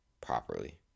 properly